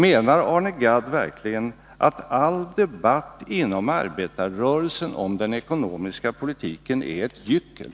Menar Arne Gadd verkligen att all debatt inom arbetarrörelsen om den ekonomiska politiken är ett gyckel?